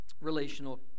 relational